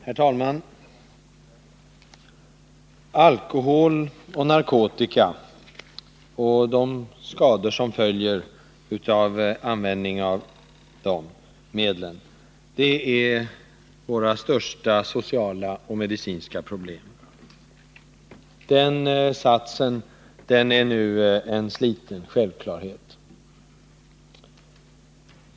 Herr talman! Alkohol och narkotika, och de skador som följer med användningen av dessa medel, är våra största sociala och medicinska problem. Den satsen är nu en sliten självklarhet.